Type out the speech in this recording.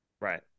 right